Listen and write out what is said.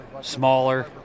smaller